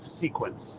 sequence